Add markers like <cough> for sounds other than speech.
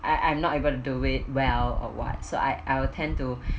I I'm not able to do it well or what so I I will tend to <breath>